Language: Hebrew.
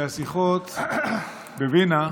השיחות בווינה,